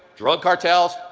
drug cartels,